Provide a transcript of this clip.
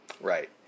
Right